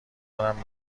دارم